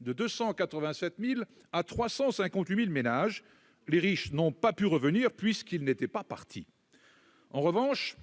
de 287 000 à 358 000 ménages. Les riches n'ont pas pu revenir, puisqu'ils n'étaient pas partis ! En revanche,